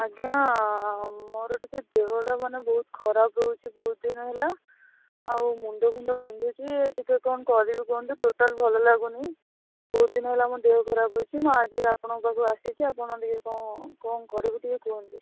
ଆଜ୍ଞା ମୋର ଟିକିଏ ଦେହଟା ମାନେ ବହୁତ ଖରାପ ରହୁଛି ବହୁତ ଦିନ ହେଲା ଆଉ ମୁଣ୍ଡ ଫୁଣ୍ଡ ବିନ୍ଧୁଛି ଟିକିଏ କ'ଣ କରିବି କୁହନ୍ତୁ ଟୋଟାଲ ଭଲ ଲାଗୁନି ବହୁତ ଦିନ ହେଲା ମୋ ଦେହ ଖରାପ ଅଛି ମୁଁ ଆଜି ଆପଣଙ୍କ ପାଖକୁ ଆସିଛି ଆପଣ ଟିକିଏ କ'ଣ କ'ଣ କରିବୁ ଟିକିଏ କୁହନ୍ତୁ